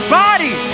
body